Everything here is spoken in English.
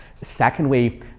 Secondly